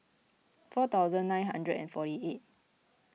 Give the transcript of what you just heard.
four thousand nine hundred and fourty eight